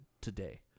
today